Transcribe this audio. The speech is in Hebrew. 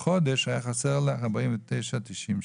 בחודש היה חסר לה 49.90 שקלים.